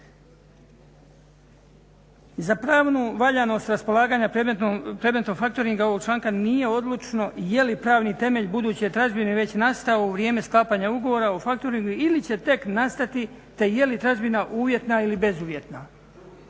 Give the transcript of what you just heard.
Za pravnu valjanost raspolaganja predmetom factoringa ovog članka nije odlučno je li pravni temelj buduće tražbine već nastao u vrijeme sklapanja ugovora u factoringu ili će tek nastati te je li tražbina uvjetna ili bezuvjetna.